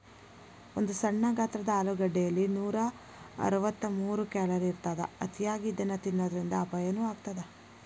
ಒಂದು ಸಣ್ಣ ಗಾತ್ರದ ಆಲೂಗಡ್ಡೆಯಲ್ಲಿ ನೂರಅರವತ್ತಮೂರು ಕ್ಯಾಲೋರಿ ಇರತ್ತದ, ಅತಿಯಾಗಿ ಇದನ್ನ ತಿನ್ನೋದರಿಂದ ಅಪಾಯನು ಆಗತ್ತದ